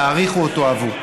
תעריכו או תאהבו.